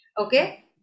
okay